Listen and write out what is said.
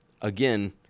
Again